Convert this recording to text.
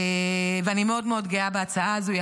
אני מאוד גאה בהצעה הזאת.